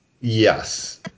yes